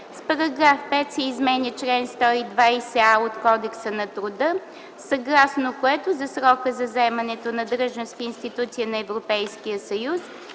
С § 5 се изменя чл. 120а от Кодекса на труда, съгласно което за срока за заемането на длъжност в институция на Европейския съюз